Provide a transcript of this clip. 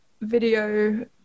video